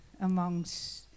amongst